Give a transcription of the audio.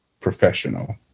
professional